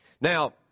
Now